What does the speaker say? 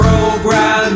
program